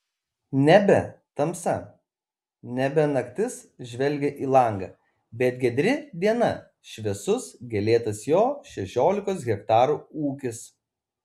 nebe tamsa nebe naktis žvelgė į langą bet giedri diena šviesus gėlėtas jo šešiolikos hektarų ūkis